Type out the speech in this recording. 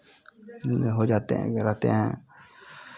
हो जाते हैं वे रहते हैं